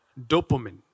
dopamine